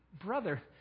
brother